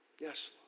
Yes